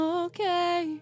okay